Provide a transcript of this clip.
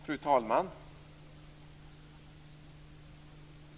Fru talman!